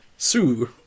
Sue